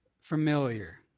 familiar